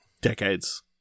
decades